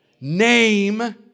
name